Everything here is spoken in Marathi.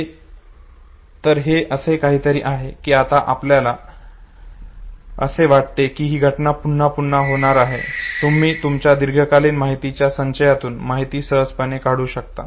तर हे असे काहीतरी आहे की आता आपल्याला असे वाटते की ही घटना पुन्हा पुन्हा होणार आहे तुम्ही तुमच्या दीर्घकालीन माहितीच्या संचयातून माहिती सहजपणे काढू शकता